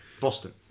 Boston